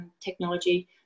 technology